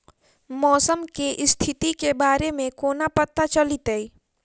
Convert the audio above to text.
मौसम केँ स्थिति केँ बारे मे कोना पत्ता चलितै?